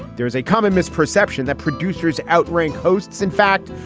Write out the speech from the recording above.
there's a common misperception that producers outrank hosts. in fact,